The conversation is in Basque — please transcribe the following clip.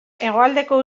hegoaldeko